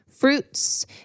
fruits